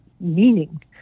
meaning